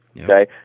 Okay